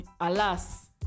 alas